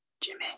Jimmy